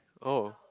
oh